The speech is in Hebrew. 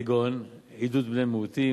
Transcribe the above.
כגון עידוד בני מיעוטים,